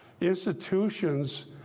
Institutions